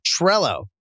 Trello